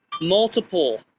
multiple